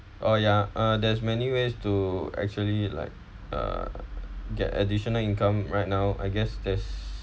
oh ya uh there's many ways to actually like uh get additional income right now I guess there's